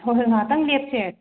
ꯍꯣ ꯍꯣꯏ ꯉꯍꯥꯛꯇꯪ ꯂꯦꯞꯁꯦ